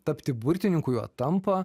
tapti burtininku juo tampa